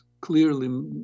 clearly